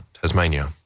Tasmania